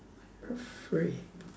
for free